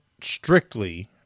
strictly